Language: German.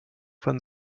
von